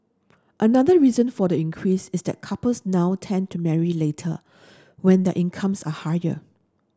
another reason for the increase is that couples now tend to marry later when the incomes are higher